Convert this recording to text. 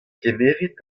kemerit